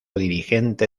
dirigente